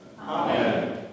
Amen